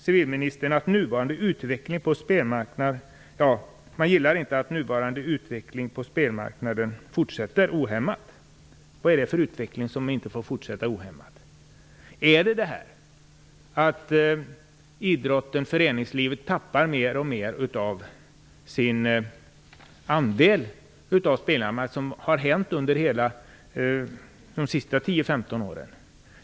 Civilministern säger vidare att man inte gillar att den nuvarande utvecklingen på spelmarknaden fortsätter ohämmat. Vilken utveckling är det som inte får fortsätta ohämmat? Handlar det om det faktum att idrotten och föreningslivet tappar mer och mer av sin andel av spelmarknaden? Det är ju vad som har hänt under de senaste tio femton åren.